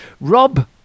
Rob